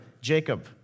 Jacob